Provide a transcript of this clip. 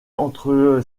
entre